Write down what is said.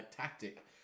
tactic